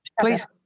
Please